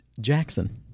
Jackson